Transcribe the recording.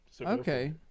Okay